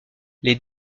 les